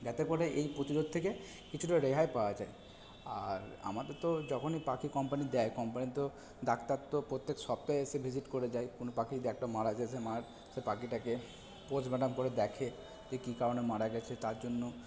যাতে করে এই প্রতিরোধ থেকে কিছুটা রেহাই পাওয়া যায় আর আমাদের তো যখন এই পাখি কোম্পানি দেয় কোম্পানি তো ডাক্তার তো প্রত্যেক সপ্তায়ে এসে ভিজিট করে যায় কোনো পাখি যদি একটা সে মারা সেই পাখিটাকে পোস্ট মরটেম করে দেখে যে কি কারণে মারা গেছে তার জন্য